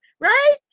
right